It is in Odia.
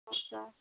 ହଁ ସାର୍